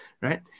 right